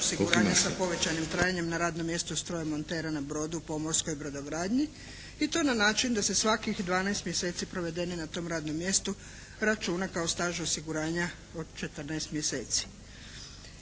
osiguranja sa povećanim trajanjem na radnom mjestu strojomontera na brodu, pomorskoj brodogradnji i to na način da se svakih dvanaest mjeseci provedenih na tom radnom mjestu računa kao staž osiguranja od četrnaest mjeseci.